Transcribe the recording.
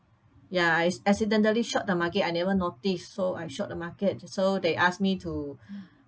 ya I accidentally short the market I never noticed so I short the market so they ask me to